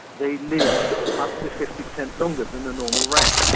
they lived up to fifty percent longer than a normal rat,